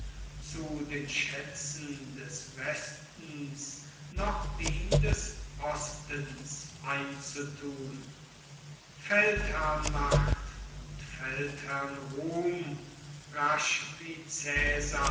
zu den schätzen des westens noch die des ostens einzutun feldherrnmacht und feldherrnruhm rasch wie